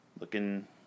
Looking